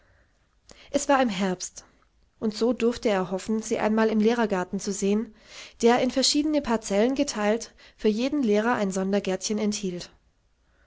es war im herbst und so durfte er hoffen sie einmal im lehrergarten zu sehen der in verschiedene parzellen geteilt für jeden lehrer ein sondergärtchen enthielt